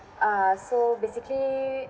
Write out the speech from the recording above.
uh so basically